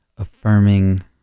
affirming